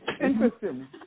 interesting